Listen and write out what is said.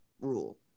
rule